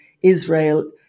Israel